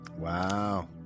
Wow